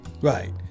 Right